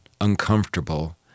uncomfortable